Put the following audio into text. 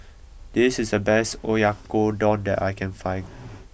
this is the best Oyakodon that I can find